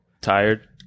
Tired